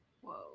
Whoa